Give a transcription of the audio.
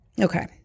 Okay